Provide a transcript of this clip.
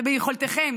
זה ביכולתכם,